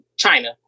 China